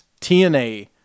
TNA